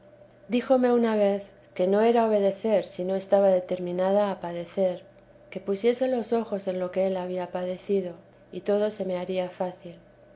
díjcme una vez que no era obedecer si no estaba determinada a padecer que pusiese los ojos en lo que él había padecido y todo se me haría fácil